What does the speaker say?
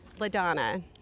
LaDonna